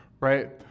right